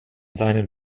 seinen